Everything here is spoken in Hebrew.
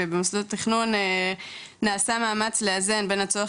ובמסלול תכנון נעשה מאמץ לאזן בין הצורך